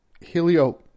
helio